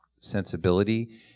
sensibility